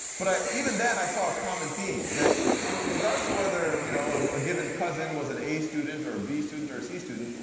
but even then i saw a common theme that regardless of whether you know a a given cousin was an a student, or a b student, or a c student,